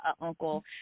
uncle